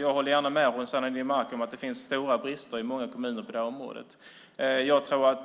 Jag håller gärna med Rossana Dinamarca om att det finns stora brister i många kommuner på det här området. Jag tror att